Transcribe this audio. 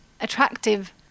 attractive